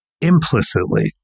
implicitly